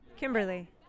Kimberly